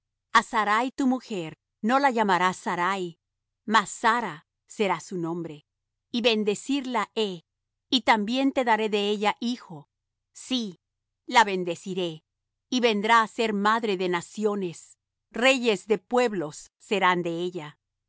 a sarai tu mujer no la llamarás sarai mas sara será su nombre y bendecirla he y también te daré de ella hijo sí la bendeciré y vendrá á ser madre de naciones reyes de pueblos serán de ella